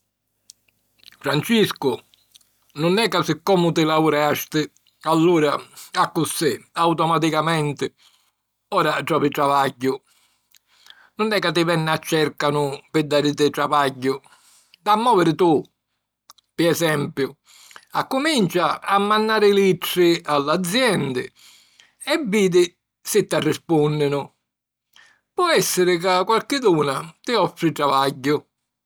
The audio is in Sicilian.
Franciscu, nun è ca siccomu ti laureasti, allura, accussì, automaticamenti, ora trovi travagghiu. Nun è ca ti venn'a cèrcanu pi dàriti travagghiu. T'ha' a mòviri tu! Pi esempiu, accumincia a mannari littri a l'aziendi e vidi si t'arrispùnninu. Po èssiri ca qualchiduna ti offri travagghiu.